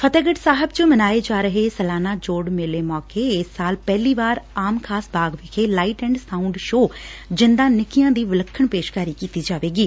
ਫਤਹਿਗੜੁ ਸਾਹਿਬ ਚ ਮਨਾਏ ਜਾ ਰਹੇ ਸਲਾਨਾ ਜੋੜ ਮੇਲੇ ਮੌਕੇ ਇਸ ਸਾਲ ਪਹਿਲੀ ਵਾਰ ਆਮ ਖ਼ਾਸ ਬਾਗਾ ਵਿਖੇ ਲਾਈਟ ਐਂਡ ਸਾਊਂਡ ਸ਼ੋਅ ਜ਼ਿੰਦਾ ਨਿੱਕੀਆਂ ਦੀ ਵਿਲੱਖਣ ਪ੍ਰੇਸ਼ਕਾਰੀ ਕੀਤੀ ਜਾਏਗੀ